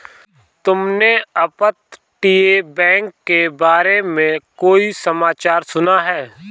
तुमने अपतटीय बैंक के बारे में कोई समाचार सुना है?